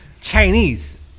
Chinese